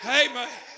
amen